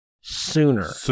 sooner